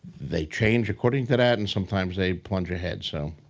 they change according to that and sometimes they plunge ahead. so,